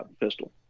pistol